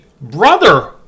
brother